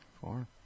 Four